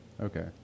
Okay